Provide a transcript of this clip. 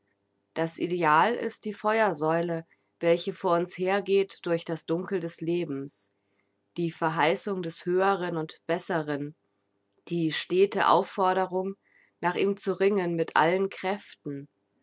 das ideal ist die feuersäule welche vor uns hergeht durch das dunkel des lebens die verheißung des höheren und besseren die stete aufforderung nach ihm zu ringen mit allen kräften